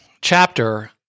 chapter